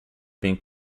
being